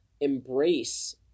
embrace